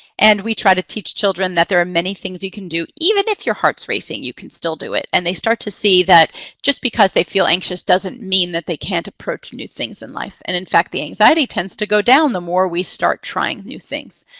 and we try to teach children that there are many things you can do. even if your heart's racing, you can still do it. and they start to see that just because they feel anxious doesn't mean that they can't approach new things in life. and in fact, the anxiety tends to go down the more we start trying new things.